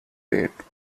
date